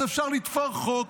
אז אפשר לתפור חוק.